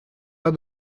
pas